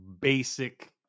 basic